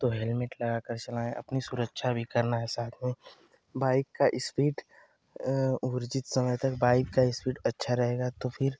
तो हेलमेट लगाकर चलाएँ अपनी सुरक्षा भी करना है साथ में बाइक का इस्पीड उचित समय तक बाइक का इस्पीड अच्छा रहेगा तो फिर